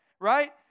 right